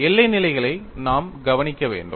எல்லை நிலைகளை நாம் கவனிக்க வேண்டும்